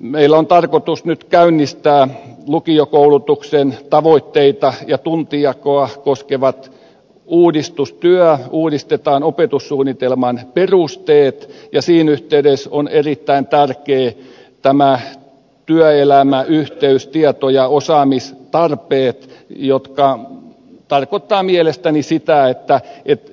meillä on tarkoitus nyt käynnistää lukiokoulutuksen tavoitteita ja tuntijakoa koskeva uudistustyö uudistetaan opetussuunnitelman perusteet ja siinä yhteydessä on erittäin tärkeää tämä työelämäyhteys tieto ja osaamistarpeet jotka tarkoittavat mielestäni sitä että